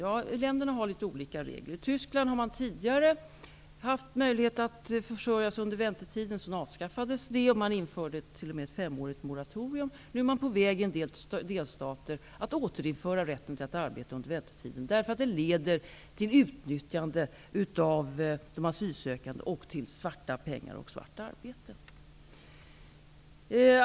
Litet olika regler gäller i olika länder. I Tyskland har man tidigare haft möjliget att försörja sig under väntetiden, sedan avskaffades den möjligheten. Det infördes t.o.m. ett femårigt moratorium. I en del delstater är man nu på väg att återinföra rätten till att arbeta under väntetiden, därför att det annars leder till utnyttjande av de asylsökande, det leder till svarta pengar och att arbeta svart.